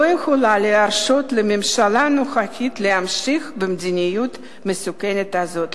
לא יכולה להרשות לממשלה הנוכחית להמשיך במדיניות המסוכנת הזאת.